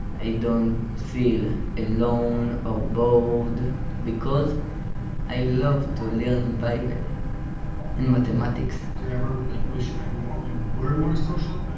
i don't feel alone or bored because i love to learn bible and mathematics do you ever like wish you were more social?